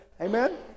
Amen